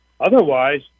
otherwise